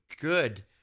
good